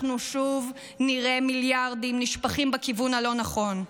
אנחנו שוב נראה מיליארדים נשפכים בכיוון הלא-נכון.